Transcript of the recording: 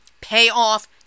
payoff